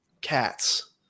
cats